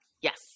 Yes